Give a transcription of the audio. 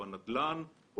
הנדל"ן,